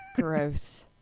Gross